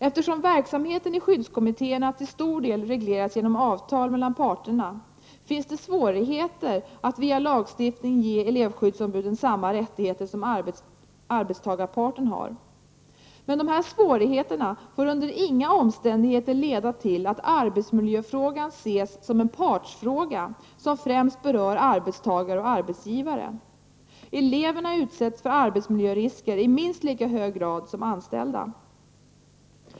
Eftersom verksamheten i skyddskommittéerna till stor del regleras genom avtal mellan parterna finns det svårigheter att via lagstiftning ge elevskyddsombuden samma rättigheter som arbetstagarparten har. Men dessa svårigheter får under inga omständigheter leda till att arbetsmiljöfrågan ses som en partsfråga som främst berör arbetstagare och arbetsgivare. Eleverna utsätts för arbetsmiljörisker i minst lika hög grad som anställda.